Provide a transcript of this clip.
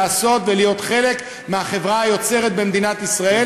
לעשות ולהיות חלק מהחברה היוצרת במדינת ישראל,